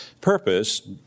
purpose